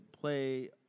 play